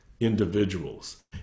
individuals